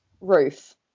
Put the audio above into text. roof